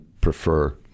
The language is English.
prefer